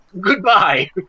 Goodbye